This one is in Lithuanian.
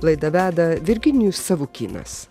laidą veda virginijus savukynas